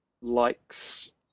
likes